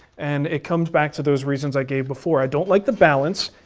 and it comes back to those reasons i gave before. i don't like the balance.